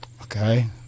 Okay